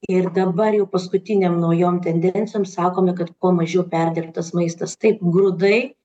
ir dabar jau paskutinėm naujom tendencijom sakome kad kuo mažiau perdirbtas maistas taip grūdai